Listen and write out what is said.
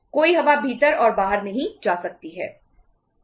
कोई हवा भीतर और बाहर नहीं जा सकती है